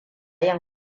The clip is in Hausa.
yin